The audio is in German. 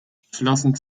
entschlossen